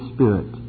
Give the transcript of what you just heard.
Spirit